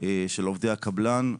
של עובדי הקבלן.